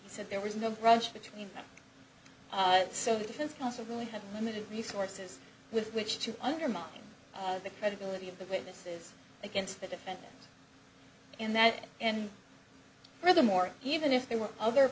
he said there was no brush between so the defense counsel would have limited resources with which to undermine the credibility of the witnesses against the defendant in that and furthermore even if there were other